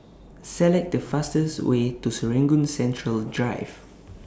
Select The fastest Way to Serangoon Central Drive